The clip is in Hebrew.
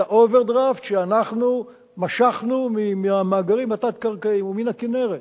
את האוברדרפט שמשכנו מהמאגרים התת-קרקעיים ומן הכינרת.